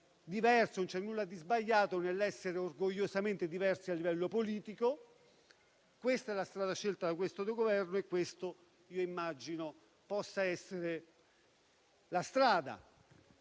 non c'è nulla di sbagliato nell'essere orgogliosamente diversi a livello politico. Questa è la strada scelta da questo Governo e questo io immagino possa essere la strada